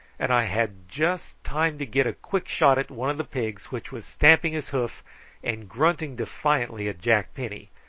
and i had just time to get a quick shot at one of the pigs which was stamping his hoof and grunting defiantly at jack penny,